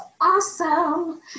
awesome